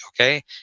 okay